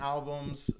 Albums